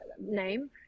name